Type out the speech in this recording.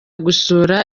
gusura